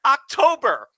October